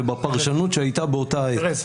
ובפרשנות שהייתה באותה העת.